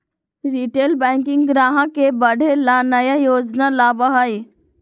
retail banking ग्राहक के बढ़े ला नया योजना लावा हई